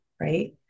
right